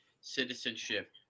citizenship